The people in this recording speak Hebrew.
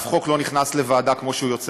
1. אף חוק לא נכנס לוועדה כמו שהוא יוצא